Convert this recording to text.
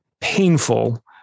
painful